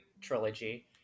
Trilogy